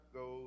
go